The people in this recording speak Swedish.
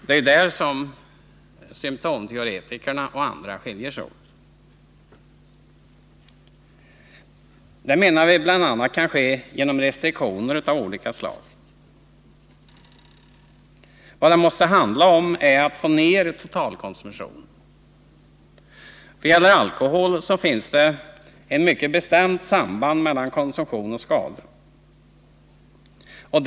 Det är där som symtomteoretikerna och andra skiljer sig åt. Detta angrepp på medlen kan bl.a. ske genom restriktioner av olika slag. Vad det måste handla om är att få ned totalkonsumtionen. Vad gäller alkohol så finns det ett mycket bestämt samband mellan konsumtion och skador.